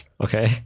Okay